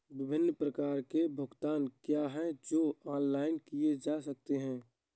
विभिन्न प्रकार के भुगतान क्या हैं जो ऑनलाइन किए जा सकते हैं?